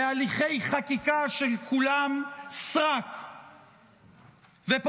בהליכי חקיקה שהם כולם סרק ופופוליזם,